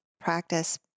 practice